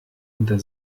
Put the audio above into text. unter